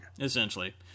Essentially